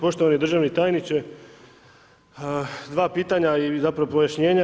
Poštovani državni tajniče, dva pitanja ili zapravo pojašnjenja.